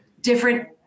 different